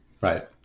Right